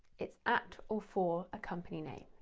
it's at or for a company name.